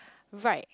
right